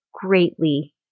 greatly